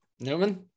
Newman